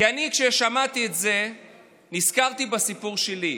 כי כשאני שמעתי את זה נזכרתי בסיפור שלי.